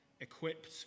equipped